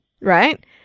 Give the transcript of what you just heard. right